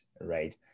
right